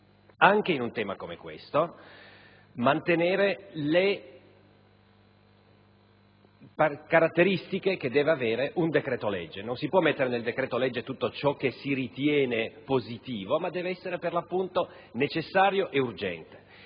anche in un tema come questo, mantenere le caratteristiche che deve avere un decreto-legge. Non si può inserire nel decreto-legge tutto ciò che si ritiene positivo, ma deve essere, per l'appunto, necessario ed urgente.